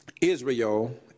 Israel